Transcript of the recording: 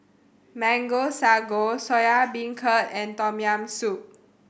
Mango Sago Soya Beancurd and Tom Yam Soup